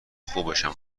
خوبشم